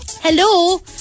Hello